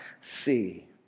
see